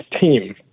team